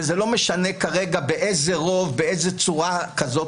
ולא משנה כרגע באיזה רוב ובאיזו צורה כזאת